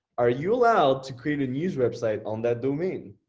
are you allowed to create a news website on that domain?